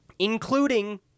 including